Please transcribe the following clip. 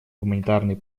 гуманитарной